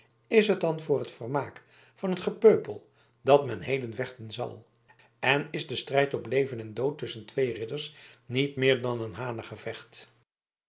is het dan voor het vermaak van het gepeupel dat men heden vechten zal en is een strijd op leven en dood tusschen twee ridders niet meer dan een hanengevecht